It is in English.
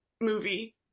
movie